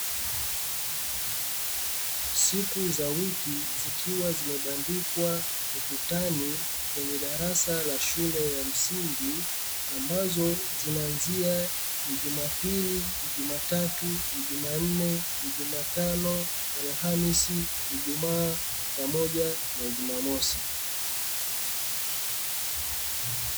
Siku za wiki zikiwa zimepangiliwa ukutani kwenye darasa la shule ya msingi; ambazo zinaanzia Jumapili, Jumatatu, Jumanne, Jumatano, Alhamisi, Ijumaa pamoja na Jumamosi.